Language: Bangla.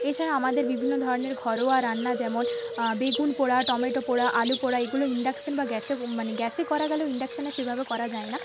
এছাড়া আমাদের বিভিন্ন ধরনের ঘরোয়া রান্না যেমন বেগুন পোড়া টমেটো পোড়া আলু পোড়া এগুলো ইন্ডাকশান বা গ্যাসে মানে গ্যাসে করা গেলেও ইন্ডাকশানে সেভাবে করা যায় না